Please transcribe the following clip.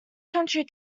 country